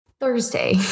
Thursday